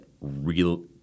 real